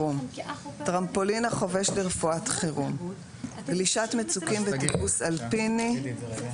טרמפולינה + גלישת מצוקים + טיפוס אלפיני +